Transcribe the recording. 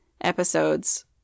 episodes